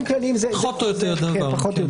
פחות או יותר אותו דבר.